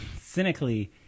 cynically